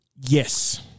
Yes